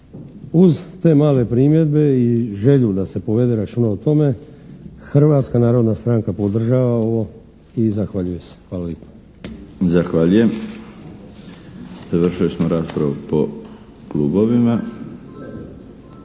Uz te male primjedbe i želju da se povede računa o tome Hrvatska narodna stranka podržava ovo i zahvaljuje se. Hvala lijepo. **Milinović, Darko (HDZ)** Zahvaljujem. Završili smo raspravu po klubovima.